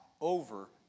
over